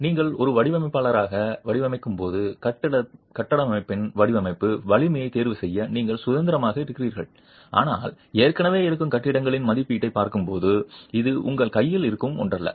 நீங்கள் ஒரு வடிவமைப்பாளராக வடிவமைக்கும்போது கட்டமைப்பின் வடிவமைப்பு வலிமையைத் தேர்வுசெய்ய நீங்கள் சுதந்திரமாக இருக்கிறீர்கள் ஆனால் ஏற்கனவே இருக்கும் கட்டிடங்களின் மதிப்பீட்டைப் பார்க்கும்போது இது உங்கள் கையில் இருக்கும் ஒன்றல்ல